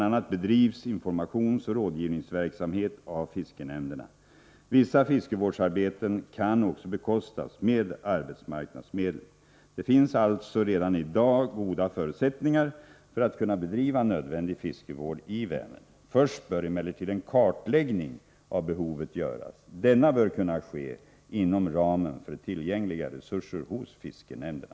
a. bedrivs informationsoch rådgivningsverksamhet av fiskenämnderna. Vissa fiskevårdsarbeten kan också bekostas med arbetsmarknadsmedel. Det finns alltså redan i dag goda förutsättningar för att kunna bedriva nödvändig fiskevård i Vänern. Först bör emellertid en kartläggning av behovet göras. Denna bör kunna ske inom ramen för tillgängliga resurser hos fiskenämnderna.